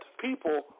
people